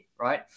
right